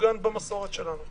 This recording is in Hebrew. מעוגן במסורת שלנו.